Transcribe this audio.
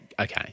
Okay